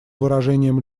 выражением